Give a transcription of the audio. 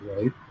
right